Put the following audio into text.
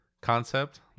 concept